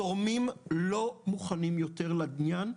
תורמים לא מוכנים יותר לעניין.